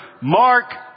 Mark